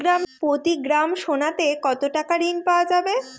প্রতি গ্রাম সোনাতে কত টাকা ঋণ পাওয়া যাবে?